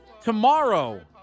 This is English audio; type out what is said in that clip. Tomorrow